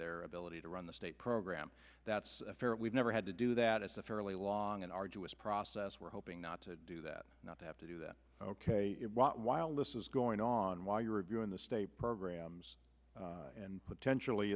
their ability to run the state program that's fair we've never had to do that it's a fairly long and arduous process we're hoping not to do that not to have to do that while this is going on while you're reviewing the state programs and potentially